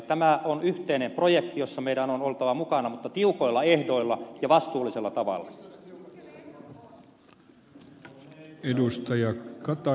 tämä on yhteinen projekti jossa meidän on oltava mukana mutta tiukoilla ehdoilla ja vastuullisella tavalla